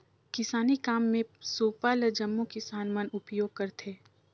किसानी काम मे सूपा ल जम्मो किसान मन उपियोग करथे